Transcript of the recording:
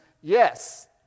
Yes